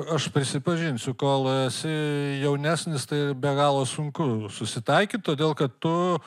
aš prisipažinsiu kol esi jaunesnis tai be galo sunku susitaikyt todėl kad tu